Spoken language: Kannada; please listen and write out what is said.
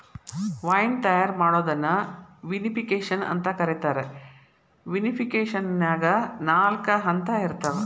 ವೈನ್ ತಯಾರ್ ಮಾಡೋದನ್ನ ವಿನಿಪಿಕೆಶನ್ ಅಂತ ಕರೇತಾರ, ವಿನಿಫಿಕೇಷನ್ನ್ಯಾಗ ನಾಲ್ಕ ಹಂತ ಇರ್ತಾವ